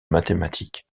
mathématiques